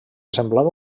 semblava